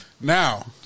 Now